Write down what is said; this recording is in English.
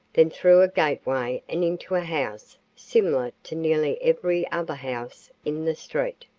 then through a gateway and into a house similar to nearly every other house in the street.